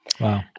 Wow